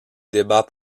débats